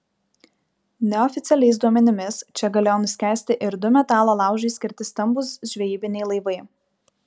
neoficialiais duomenimis čia galėjo nuskęsti ir du metalo laužui skirti stambūs žvejybiniai laivai